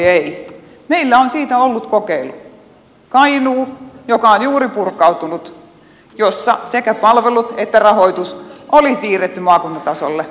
meillä on siitä ollut kokeilu kainuu joka on juuri purkautunut jossa sekä palvelut että rahoitus oli siirretty maakuntatasolle